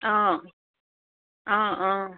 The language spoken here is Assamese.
অঁ অঁ অঁ